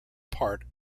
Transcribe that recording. part